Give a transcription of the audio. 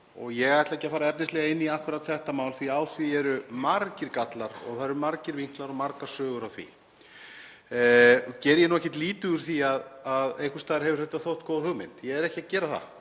Ég ætla ekki að fara efnislega inn í akkúrat þetta mál því að á því eru margir gallar og það eru margir vinklar og margar sögur af því. Geri ég ekkert lítið úr því að einhvers staðar hefur þetta þótt góð hugmynd. Ég er ekki að gera það.